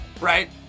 right